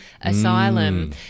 Asylum